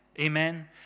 Amen